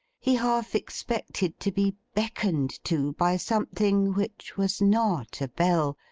he half expected to be beckoned to by something which was not a bell,